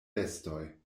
vestoj